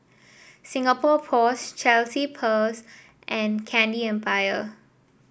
Singapore Post Chelsea Peers and Candy Empire